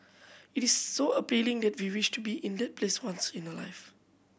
it is so appealing that we wish to be in that place once in a life